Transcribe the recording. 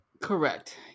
Correct